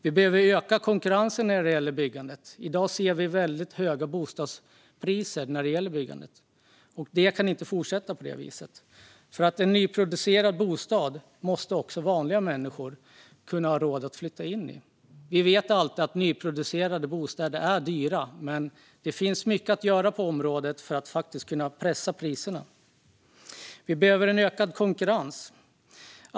Vi behöver öka konkurrensen när det gäller byggandet då vi i dag ser väldigt höga bostadspriser. Det kan inte fortsätta på det viset. Också vanliga människor måste ha råd att flytta in i nyproducerad bostad. Vi vet att sådana bostäder alltid är dyra, men det finns mycket att göra på området för att pressa priserna. Vi behöver en ökad konkurrens.